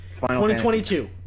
2022